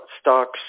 stocks